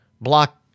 block